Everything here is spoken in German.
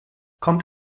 kommt